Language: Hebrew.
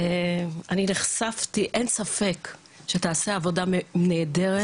אני נחשפתי אין ספק שתעשה עבודה נהדרת,